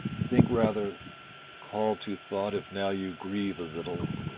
think rather call to thought, if now you grieve a little,